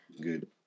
Good